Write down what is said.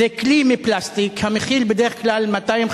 זה כלי מפלסטיק המכיל בדרך כלל 250